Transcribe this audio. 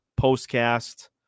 postcast